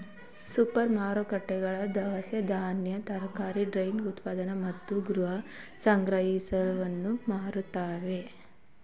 super ಮಾರುಕಟ್ಟೆಗಳು ದವಸ ಧಾನ್ಯ, ತರಕಾರಿ, ಡೈರಿ ಉತ್ಪನ್ನ ಮತ್ತು ಗೃಹ ಸಾಮಗ್ರಿಗಳನ್ನು ಮಾರುತ್ತವೆ